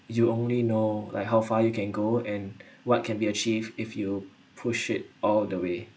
you only know like how far you can go and what can be achieved if you push it all the way